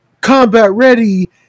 combat-ready